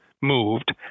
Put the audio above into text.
moved